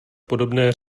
podobné